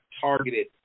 targeted